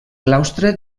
claustre